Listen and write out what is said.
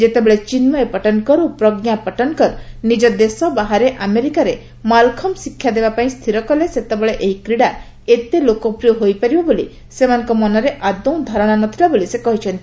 ଯେତେବେଳେ ଚିନ୍କୟ ପଟନକର ଓ ପ୍ରଜ୍ଞା ପଟନକର ନିଜ ଦେଶ ବାହାରେ ଆମେରିକାରେ ମାଲଖମ୍ଭ ଶିକ୍ଷା ଦେବାପାଇଁ ସ୍ଥିର କଲେ ସେତେବେଳେ ଏହି କ୍ରୀଡ଼ା ଏତେ ଲୋକପ୍ରିୟ ହୋଇପାରିବ ବୋଲି ସେମାନଙ୍କ ମନରେ ଆଦୌ ଧାରଣା ନଥିଲା ବୋଲି ସେ କହିଛନ୍ତି